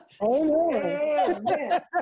amen